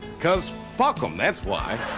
cause fuck em, that's why.